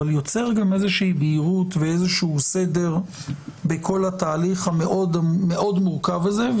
ויוצר איזושהי בהירות ואיזשהו סדר בכל התהליך המאוד מורכב הזה.